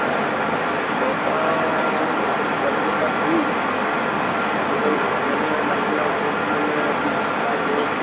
চৰকাৰৰ লগত যোগাযোগ এটা কৰি M A M L A ডাঙৰীয়া ওচৰতটো মানে এখন ৰাইজৰ